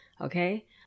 okay